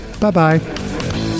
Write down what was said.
Bye-bye